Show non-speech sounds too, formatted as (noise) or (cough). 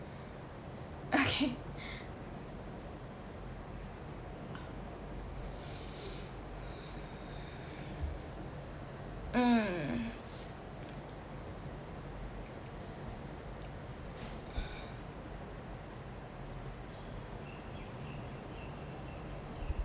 okay (laughs) (breath) mm